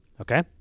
Okay